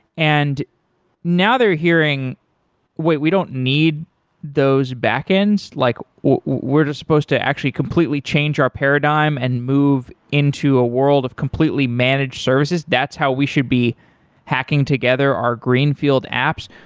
and now they're hearing wait, we don't need those back-ends? like we're just supposed to actually completely change our paradigm and move into a world of completely managed services? that's how we should be hacking together our greenfield apps?